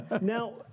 Now—